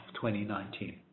2019